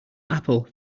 apple